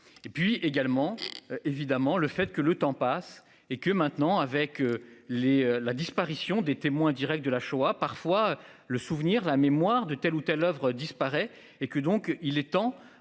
et puis également évidemment le fait que le temps passe et que maintenant avec les la disparition des témoins Directs de la Shoah parfois le souvenir, la mémoire de telle ou telle oeuvre disparaît et que donc il est temps